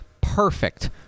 perfect